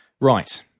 Right